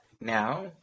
now